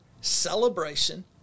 celebration